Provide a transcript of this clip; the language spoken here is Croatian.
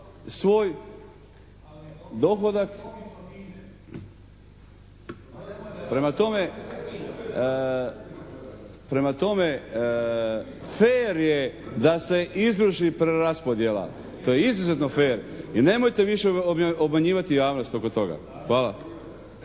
se ne razumije./ … Prema tome, fer je da se izvrši preraspodjela. To je izuzetno fer i nemojte više obmanjivati javnost oko toga. Hvala.